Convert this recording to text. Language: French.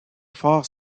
fort